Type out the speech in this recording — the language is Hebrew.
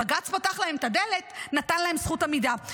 בג"ץ פתח להם את הדלת, נתן להם זכות עמידה.